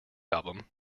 album